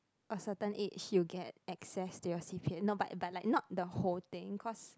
a certain age you get access to your C_P_F no but but like not the whole thing cause